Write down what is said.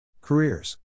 Careers